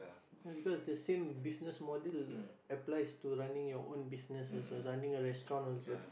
no because the same business model applies to running your own business also running a restaurant also